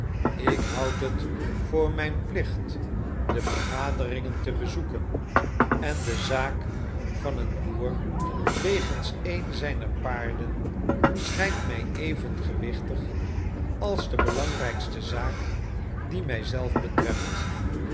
ik houd het voor mijn plicht de vergaderingen te bezoeken en de zaak van een boer wegens een zijner paarden schijnt mij even gewichtig als de belangrijkste zaak die mij zelf betreft